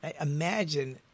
Imagine